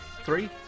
Three